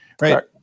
Right